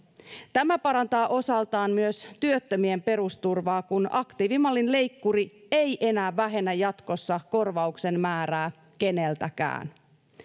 tämä parantaa osaltaan myös työttömien perusturvaa kun aktiivimallin leikkuri ei enää vähennä jatkossa korvauksen määrää keneltäkään